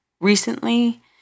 recently